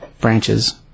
Branches